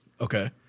Okay